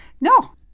No